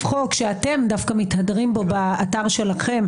חוק שאתם דווקא מתהדרים בו באתר שלכם,